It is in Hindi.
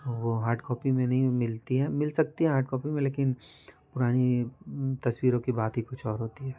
वो हार्ड कॉपी में नहीं मिलती है मिल सकती है हार्ड कॉपी में लेकिन पुरानी तस्वीरों की बात ही कुछ और होती है